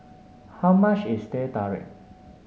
how much is Teh Tarik